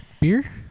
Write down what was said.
beer